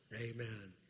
Amen